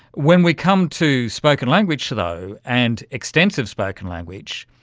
when we come to spoken language though and extensive spoken language,